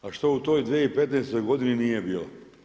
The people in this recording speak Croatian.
A što u toj 2015. godini nije bila.